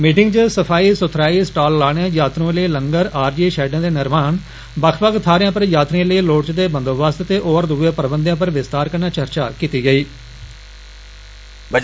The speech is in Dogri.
मीटिंग च सफाई सुथराई स्टालें लाने यात्रएं लेई लंगर आरजी षैडें निर्माण बक्ख बक्ख थाहरे पर यात्रिएं लेई लोड़चदे बंदोबस्त ते होर दुए प्रबंधें पर विस्तार कन्नै चर्चा कीती गेई